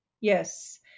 Yes